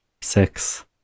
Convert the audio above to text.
six